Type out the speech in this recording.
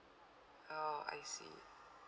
oh I see